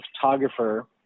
photographer